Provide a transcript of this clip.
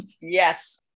Yes